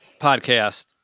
podcast